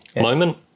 moment